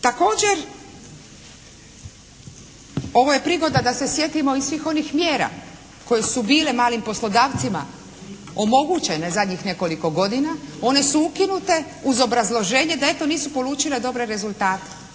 Također ovo je prigoda da se sjetimo i svih onih mjera koje su bile malim poslodavcima omogućene zadnjih nekoliko godina. One su ukinute uz obrazloženje da eto nisu polučile dobre rezultate.